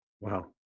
wow